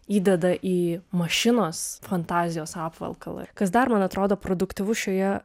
įdeda į mašinos fantazijos apvalkalą kas dar man atrodo produktyvu šioje